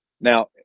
Now